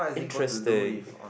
interesting